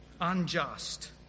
unjust